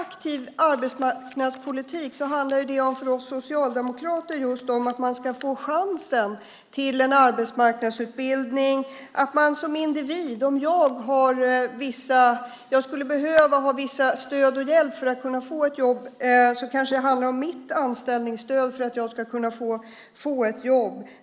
Aktiv arbetsmarknadspolitik handlar för oss socialdemokrater just om att man ska få chansen till en arbetsmarknadsutbildning. Om jag som individ skulle behöva visst stöd och viss hjälp för att kunna få ett jobb så kanske det handlar om mitt anställningsstöd för att jag ska kunna få ett jobb.